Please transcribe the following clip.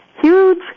huge